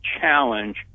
challenge